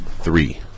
Three